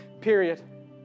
Period